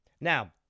Now